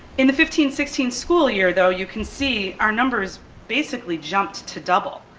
in the fifteen sixteen school year though, you can see our numbers basically jumped to double.